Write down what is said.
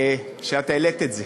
שאת העלית את זה,